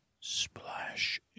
splash